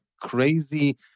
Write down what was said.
crazy